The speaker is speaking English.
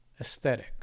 aesthetic